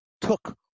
took